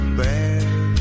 bear